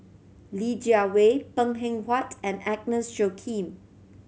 Li Jiawei Png Eng Huat and Agnes Joaquim